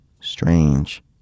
strange